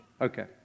Okay